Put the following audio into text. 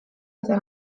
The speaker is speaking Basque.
eta